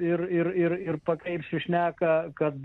ir ir ir ir pakreipsiu šneką kad